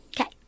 Okay